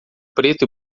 preto